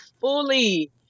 fully